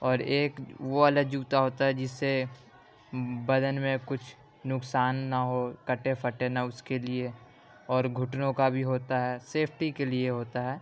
اور ایک وہ والا جوتا ہے جس سے بدن میں کچھ نقصان نہ ہو کٹے پھٹے نہ اس کے لیے اور گھٹنوں کا بھی ہوتا ہے سیفٹی کے لیے ہوتا ہے